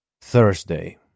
Thursday